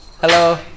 Hello